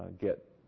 get